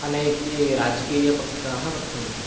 अनेके राजकीयपक्षाः वर्तन्ते